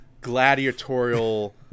gladiatorial